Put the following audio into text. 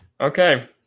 Okay